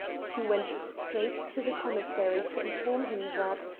he went straight to the commissary to inform him that,